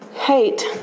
Hate